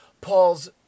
Paul's